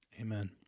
Amen